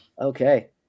okay